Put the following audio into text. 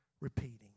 repeating